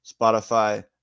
Spotify